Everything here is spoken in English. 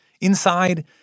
Inside